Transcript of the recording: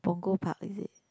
Punggol Park is it